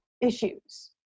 issues